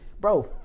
bro